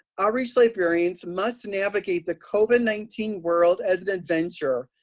outreach librarians must navigate the covid nineteen world as an adventure,